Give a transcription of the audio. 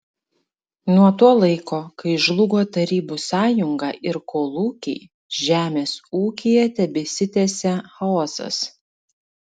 nuo to laiko kai žlugo tarybų sąjunga ir kolūkiai žemės ūkyje tebesitęsia chaosas